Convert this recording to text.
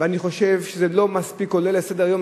ואני חושב שלא עולה מספיק לסדר-היום.